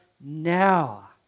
now